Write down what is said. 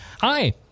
Hi